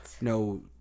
No